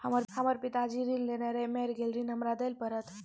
हमर पिताजी ऋण लेने रहे मेर गेल ऋण हमरा देल पड़त?